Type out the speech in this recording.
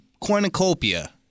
cornucopia